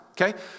Okay